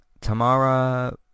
Tamara